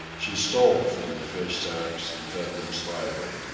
she stole from the fish-sacks and fed them slyly.